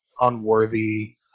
unworthy